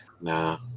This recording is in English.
nah